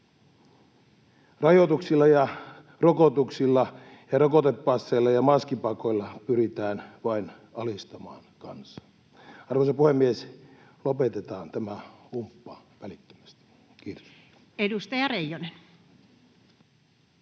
Rajoituksilla ja rokotuksilla ja rokotepasseilla ja maskipakoilla pyritään vain alistamaan kansaa. Arvoisa puhemies, lopetetaan tämä humppa välittömästi. — Kiitos. [Speech